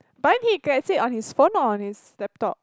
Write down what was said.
but then he could have said on his phone or on his laptop